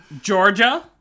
georgia